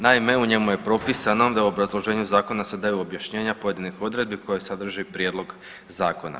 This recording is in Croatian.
Naime, u njemu je propisano da u obrazloženju zakona se daju objašnjenja pojedinih odredbi koje sadrži prijedlog zakona.